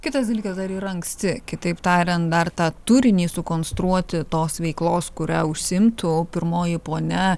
kitas dalykas dar yra anksti kitaip tariant dar tą turinį sukonstruoti tos veiklos kuria užsiimtų pirmoji ponia